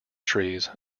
trees